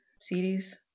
series